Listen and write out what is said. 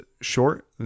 short